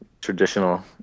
traditional